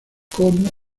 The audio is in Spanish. como